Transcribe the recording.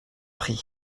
prix